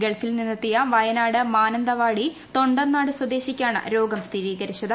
ഗൾഫിൽ നിന്നെത്തിയ വയനാട് മാനന്തവാടി തൊണ്ടർനാട് സ്വദേശിക്കാണ് രോഗം സ്ഥിരീകരിച്ചത്